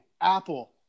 Apple